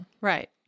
right